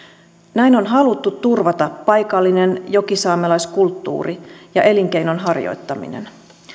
näin on haluttu turvata paikallinen jokisaamelaiskulttuuri ja elinkeinon harjoittaminen